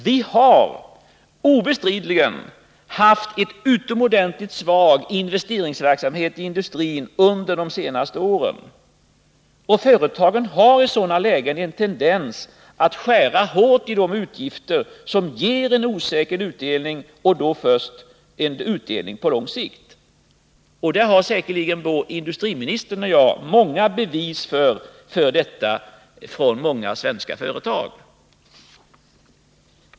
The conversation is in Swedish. Vi har obestridligen haft en utomordentligt svag investeringsverksamhet i industrin under de senaste åren, och företagen har i sådana lägen en tendens att skära hårt i utgifter som ger en osäker utdelning — och en utdelning först på lång sikt. Säkerligen har både industriministern och jag fått många bevis på detta från svenska företag.